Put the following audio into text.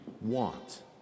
want